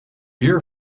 year